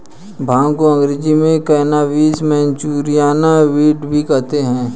भांग को अंग्रेज़ी में कैनाबीस, मैरिजुआना, वीड भी कहते हैं